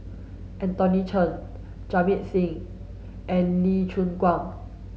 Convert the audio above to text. Anthony Chen Jamit Singh and Lee Choon Guan